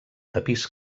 tapís